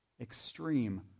Extreme